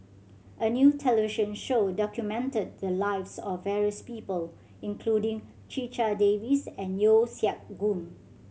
a new television show documented the lives of various people including Checha Davies and Yeo Siak Goon